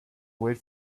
wait